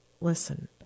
Listen